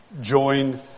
join